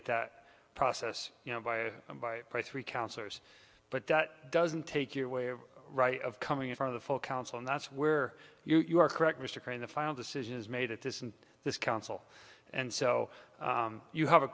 at that process you know by by three counselors but that doesn't take your way of right of coming in for the full council and that's where you are correct mr crane the final decision is made at this and this council and so you have a